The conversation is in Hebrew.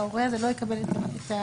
ההורה הזה לא יקבל את המידע